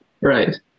Right